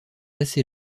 assez